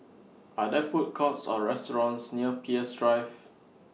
Are There Food Courts Or restaurants near Peirce Drive